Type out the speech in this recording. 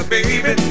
Baby